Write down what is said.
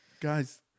Guys